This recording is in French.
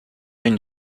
une